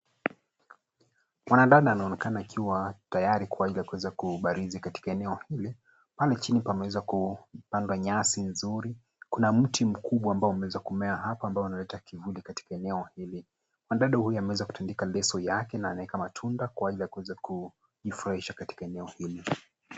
Mwanadada anaonekana akiwa tayari kwa ili aweze kubarizi katika eneo hili. Pale chini pameweza kupandwa nyasi nzuri. Kuna mti mkubwa ambao umeweza kumea eneo hapa ambao unaleta kivuli katika eneo hili. Mwanadada huyu ameweza kutandika ndeso yake na anaweka matunda, kwa ajili ya kuweza kujifurahisha katika eneo hili.